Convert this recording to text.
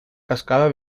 cascada